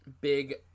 big